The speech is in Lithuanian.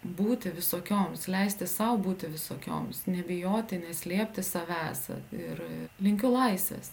būti visokioms leisti sau būti visokioms nebijoti neslėpti savęs ir linkiu laisvės